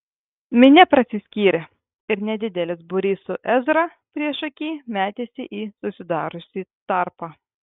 minia prasiskyrė ir nedidelis būrys su ezra priešaky metėsi į susidariusį tarpą